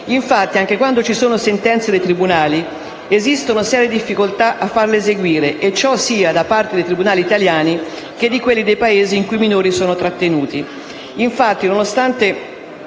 Infatti, anche quando ci sono sentenze dei tribunali, esistono serie difficoltà a farle eseguire e ciò da parte sia dei tribunali italiani che di quelli dei Paesi in cui i minori sono trattenuti.